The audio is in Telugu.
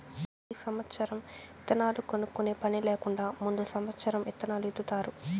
మళ్ళీ సమత్సరం ఇత్తనాలు కొనుక్కునే పని లేకుండా ముందు సమత్సరం ఇత్తనాలు ఇత్తుతారు